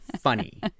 funny